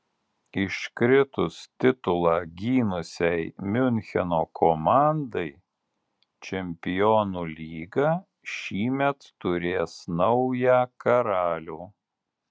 iškritus titulą gynusiai miuncheno komandai čempionų lyga šįmet turės naują karalių